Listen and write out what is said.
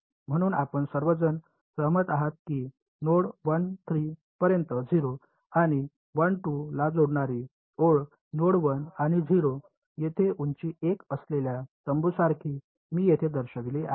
म्हणून आपण सर्वजण सहमत आहात की नोड 1 3 पर्यंत 0 आणि 1 2 ला जोडणारी ओळ नोड 1 आणि 0 येथे उंची 1 असलेल्या तंबूसारखी मी येथे दर्शविली आहे